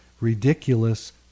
ridiculous